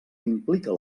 implica